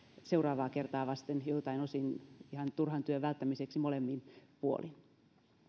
seuraavaa kertaa vasten joltain osin ihan turhan työn välttämiseksi molemmin puolin